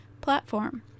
platform